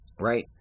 Right